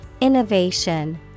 Innovation